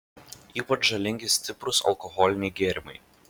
ypač žalingi stiprūs alkoholiniai gėrimai